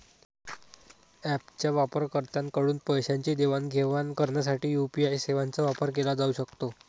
ऍपच्या वापरकर्त्यांकडून पैशांची देवाणघेवाण करण्यासाठी यू.पी.आय सेवांचा वापर केला जाऊ शकतो